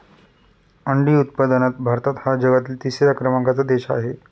अंडी उत्पादनात भारत हा जगातील तिसऱ्या क्रमांकाचा देश आहे